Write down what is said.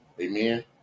Amen